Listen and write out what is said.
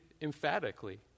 emphatically